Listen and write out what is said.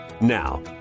Now